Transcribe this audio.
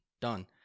done